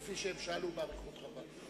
כפי שהם שאלו באריכות רבה.